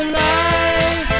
life